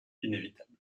inévitable